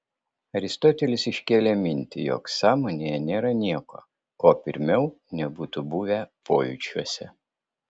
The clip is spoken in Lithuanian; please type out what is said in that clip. aristotelis iškėlė mintį jog sąmonėje nėra nieko ko pirmiau nebūtų buvę pojūčiuose